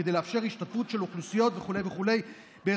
כדי לאפשר השתתפות של אוכלוסיות וכו' וכו'.